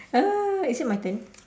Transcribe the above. is it my turn